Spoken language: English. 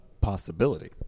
possibility